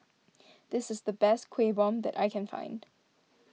this is the best Kuih Bom that I can find